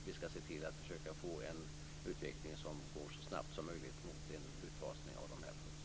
Vi skall se till att försöka få en utveckling som så snabbt som möjligt går mot en utfasning av de här produkterna.